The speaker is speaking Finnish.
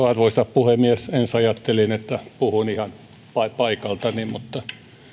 arvoisa puhemies ensin ajattelin että puhun ihan paikaltani mutta ajattelin sitten